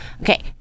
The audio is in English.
okay